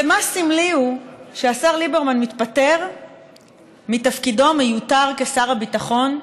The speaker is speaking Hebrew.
ומה סמלי הוא שהשר ליברמן מתפטר מתפקידו המיותר כשר הביטחון,